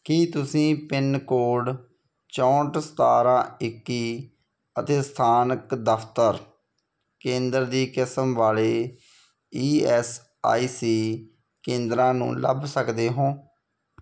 ਕੀ ਤੁਸੀਂ pin code ਚੌਂਹਠ ਸਤਾਰ੍ਹਾਂ ਇੱਕੀ ਅਤੇ ਸਥਾਨਕ ਦਫਤਰ ਕੇਂਦਰ ਦੀ ਕਿਸਮ ਵਾਲੇ ਈ ਐਸ ਆਈ ਸੀ ਕੇਂਦਰਾਂ ਨੂੰ ਲੱਭ ਸਕਦੇ ਹੋ